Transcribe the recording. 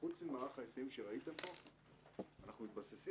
חוץ ממערך ההיסעים שראיתם פה אנחנו מתבססים,